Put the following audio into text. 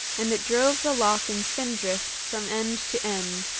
and it drove the loch in spindrift from end to end,